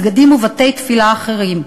מסגדים ובתי-תפילה אחרים.